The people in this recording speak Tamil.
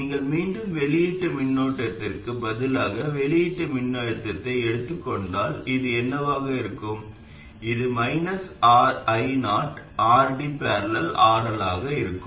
நீங்கள் மீண்டும் வெளியீட்டு மின்னோட்டத்திற்கு பதிலாக வெளியீட்டு மின்னழுத்தத்தை எடுத்துக் கொண்டால் இது என்னவாக இருக்கும் அது -ioRD||RL ஆக இருக்கும்